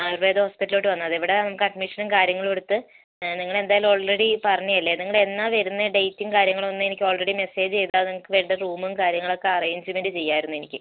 ആയുർവേദ ഹോസ്പിറ്റലിലോട്ട് വന്നാൽ മതി ഇവിടെ നമുക്ക് അഡ്മിഷനും കാര്യങ്ങളും എടുത്ത് നിങ്ങൾ എന്തായാലും ഓൾറെഡി പറഞ്ഞതല്ലേ നിങ്ങൾ എന്നാ വരുന്നേ ഡേറ്റും കാര്യങ്ങളും ഒന്ന് എനിക്ക് ഓൾറെഡി മെസ്സേജ് ചെയ്താൽ നിങ്ങൾക്ക് വേണ്ട റൂമും കാര്യങ്ങളും ഒക്കെ അറേഞ്ച്മെൻറ്റ് ചെയ്യാമായിരുന്നു എനിക്ക്